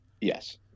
Yes